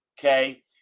okay